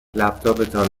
لپتاپتان